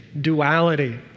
duality